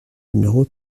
numéro